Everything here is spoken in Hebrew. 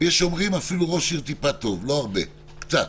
יש אומרים אפילו ראש עיר טיפה טוב, לא הרבה, קצת.